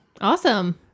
Awesome